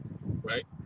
right